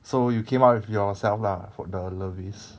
so you came out with yourself lah for the levis